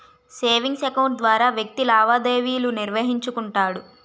savings account ద్వారా వ్యక్తి లావాదేవీలు నిర్వహించుకుంటాడు